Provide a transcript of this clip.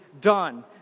done